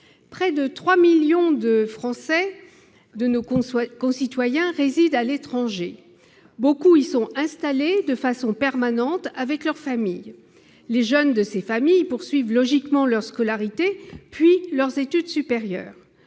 Près de trois millions de nos concitoyens résident à l'étranger ; beaucoup y sont installés de manière permanente, avec leur famille. Les jeunes de ces familles y poursuivent, logiquement, leur scolarité, puis leurs études supérieures.